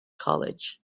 college